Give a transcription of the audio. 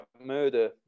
murder